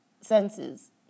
senses